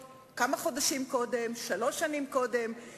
חברים, לקצץ בתקציב הביטחון.